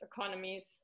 economies